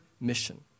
mission